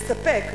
מספק,